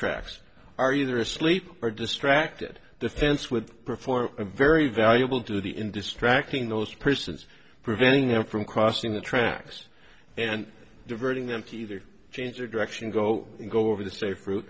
tracks are either asleep or distracted defense would perform a very valuable to the in distracting those persons preventing them from crossing the tracks and diverting them to either change or direction go go over the safe route